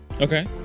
Okay